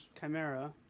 Chimera